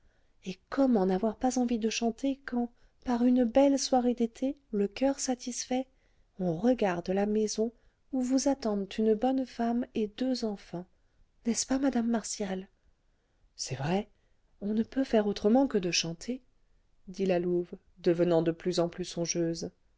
et comment n'avoir pas envie de chanter quand par une belle soirée d'été le coeur satisfait on regarde la maison où vous attendent une bonne femme et deux enfants n'est-ce pas madame martial c'est vrai on ne peut faire autrement que de chanter dit la louve devenant de plus en plus songeuse